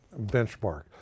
benchmark